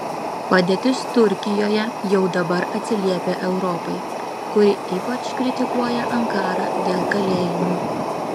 padėtis turkijoje jau dabar atsiliepia europai kuri ypač kritikuoja ankarą dėl kalėjimų